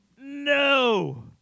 no